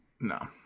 No